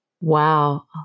Wow